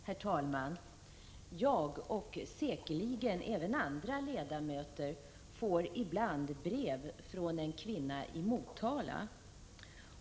Herr talman! Jag och säkerligen även andra riksdagsledamöter får ibland brev från en kvinna i Motala.